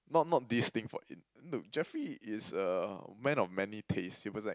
not not this thing for In~ look Jeffrey is a man of many taste he was like